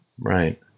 Right